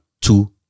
two